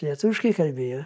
lietuviškai kalbėjo